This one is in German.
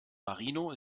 marino